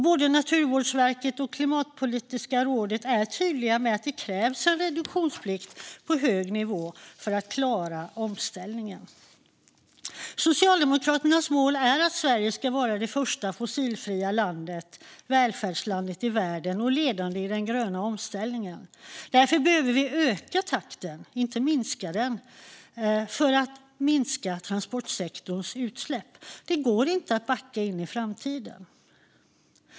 Både Naturvårdsverket och Klimatpolitiska rådet är tydliga med att det krävs en reduktionsplikt på hög nivå för att vi ska klara omställningen. Socialdemokraternas mål är att Sverige ska vara det första fossilfria välfärdslandet i världen och ledande i den gröna omställningen. Därför behöver vi öka - inte minska - takten med att minska transportsektorns utsläpp. Det går inte att backa in i framtiden.